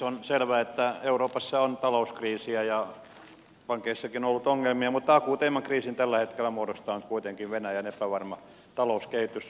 on selvä että euroopassa on talouskriisiä ja pankeissakin on ollut ongelmia mutta akuuteimman kriisin tällä hetkellä muodostaa nyt kuitenkin venäjän epävarma talouskehitys